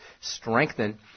strengthen